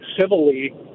civilly